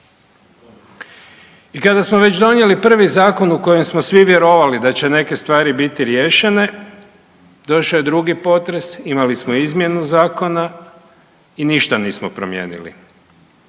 I kada smo već donijeli prvi zakon u kojem smo svi vjerovali da će neke stvari biti riješene došao je drugi potres, imali smo izmjenu zakona i ništa nismo promijenili.